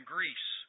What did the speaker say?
Greece